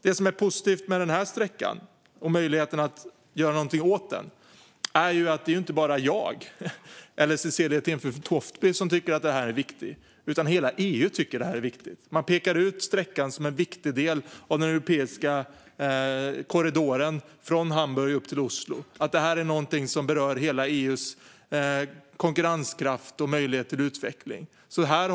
Det som är positivt med denna sträcka och möjligheten att göra någonting åt den är att det inte bara är jag eller Cecilie Tenfjord Toftby som tycker att den är viktig, utan hela EU tycker att den är viktig. Man pekar ut sträckan som en viktig del av den europeiska korridoren från Hamburg upp till Oslo och att detta är någonting som berör hela EU:s konkurrenskraft och möjlighet till utveckling. Fru talman!